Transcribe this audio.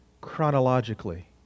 chronologically